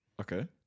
Okay